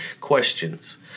Questions